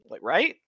right